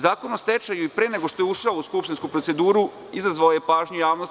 Zakon o stečaju i pre nego što je ušao u skupštinsku proceduru izazvao je pažnju javnosti.